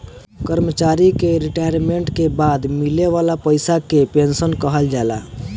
कर्मचारी के रिटायरमेंट के बाद मिले वाला पइसा के पेंशन कहल जाला